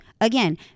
Again